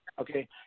Okay